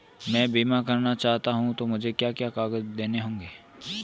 मैं बीमा करना चाहूं तो मुझे क्या क्या कागज़ देने होंगे?